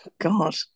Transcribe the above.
God